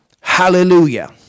Hallelujah